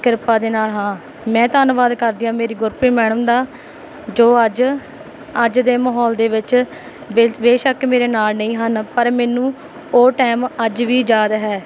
ਕਿਰਪਾ ਦੇ ਨਾਲ ਹਾਂ ਮੈਂ ਧੰਨਵਾਦ ਕਰਦੀ ਹਾਂ ਮੇਰੀ ਗੁਰਪ੍ਰੀਤ ਮੈਡਮ ਦਾ ਜੋ ਅੱਜ ਅੱਜ ਦੇ ਮਾਹੌਲ ਦੇ ਵਿੱਚ ਬੇ ਬੇਸ਼ੱਕ ਮੇਰੇ ਨਾਲ ਨਹੀਂ ਹਨ ਪਰ ਮੈਨੂੰ ਉਹ ਟਾਈਮ ਅੱਜ ਵੀ ਯਾਦ ਹੈ